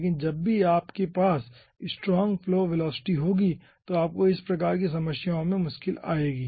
लेकिन जब भी आपके पास स्ट्रांग फ्लो वेलिविटी होगी तो आपको इस प्रकार की समस्याओं में मुश्किलें आएगी